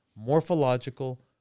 morphological